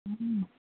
हम